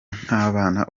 nk’abana